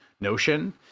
notion